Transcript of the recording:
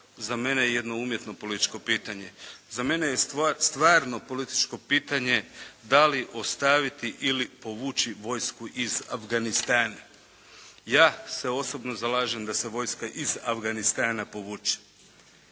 za mene je jedno umjetno političko pitanje. Za mene je stvarno političko pitanje da li ostaviti ili povući vojsku iz Afganistana. Ja se osobno zalažem da se vojska iz Afganistana povuče.